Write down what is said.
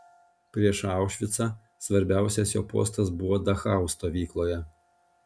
prieš aušvicą svarbiausias jo postas buvo dachau stovykloje